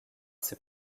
ses